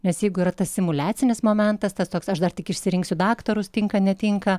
nes jeigu yra tas simuliacinis momentas tas toks aš dar tik išsirinksiu daktarus tinka netinka